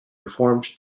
reforms